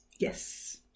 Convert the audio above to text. Yes